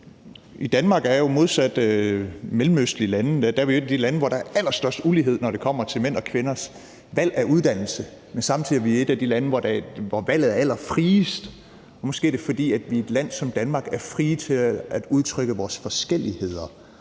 Danmark er jo modsat mellemøstlige lande et af de lande, hvor der er allerstørst ulighed, når det kommer til mænds og kvinders valg af uddannelse, men samtidig er vi et af de lande, hvor valget er allerfriest. Måske er det, fordi vi i et land som Danmark er frie til at udtrykke vores forskelligheder.